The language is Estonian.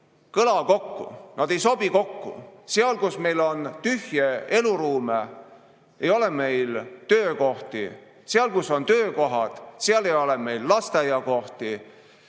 kõla kokku, nad ei sobi kokku. Seal, kus on tühje eluruume, ei ole meil töökohti. Seal, kus on töökohad, ei ole meil lasteaiakohti.